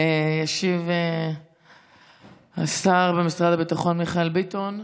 ישיב השר במשרד הביטחון מיכאל ביטון.